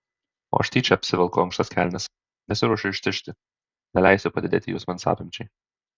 o aš tyčia apsivelku ankštas kelnes nesiruošiu ištižti neleisiu padidėti juosmens apimčiai